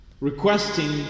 requesting